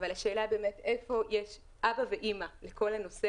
אבל השאלה איפה יש אבא ואימא לכל הנושא